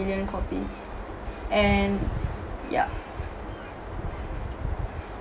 million copies and ya